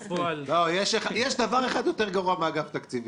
יש דבר אחד יותר גרוע מאגף תקציבים.